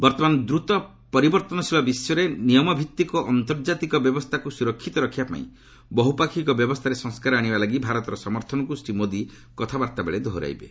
ବର୍ତ୍ତମାନ ଦ୍ରତ ପରିବର୍ତ୍ତନଶୀଳ ବିଶ୍ୱରେ ନିୟମଭିତ୍ତିକ ଅନ୍ତର୍କାତିକ ବ୍ୟବସ୍ଥାକୁ ସୁରକ୍ଷିତ ରଖିବାପାଇଁ ବହୁପାକ୍ଷିକ ବ୍ୟବସ୍ଥାରେ ସଂସ୍କାର ଆଣିବା ଲାଗି ଭାରତର ସମର୍ଥନକୁ ଶ୍ରୀ ମୋଦି କଥାବାର୍ତ୍ତାବେଳେ ଦେହରାଇବେ